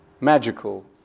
magical